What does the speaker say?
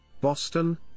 boston